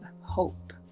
hope